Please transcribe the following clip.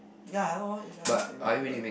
ya I don't know it's a not remembered